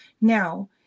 Now